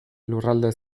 lurralde